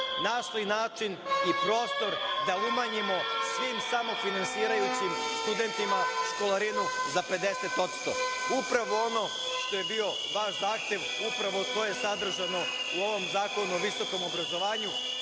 našli način i prostor da umanjimo svim samofinansirajućim studentima školarinu za 50%. Upravo ono što je bio vaš zahtev, upravo je to sadržano u ovom Zakonu o visokom obrazovanju,